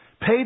paid